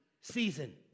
season